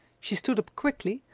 she stood up quickly,